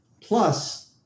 plus